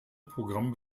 programme